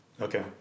Okay